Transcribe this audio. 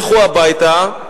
לכו הביתה.